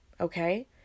Okay